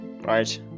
right